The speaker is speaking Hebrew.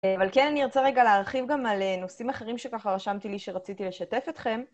אבל כן, אני ארצה רגע להרחיב גם על נושאים אחרים שככה רשמתי לי שרציתי לשתף אתכם.